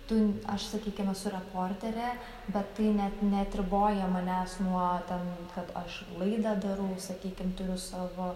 tu aš sakykim esu reporterė bet tai net neatriboja manęs nuo ten kad aš laidą darau sakykim turiu savo